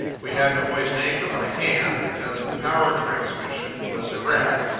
we had to hoist anchor by hand, because the power transmission was a wreck.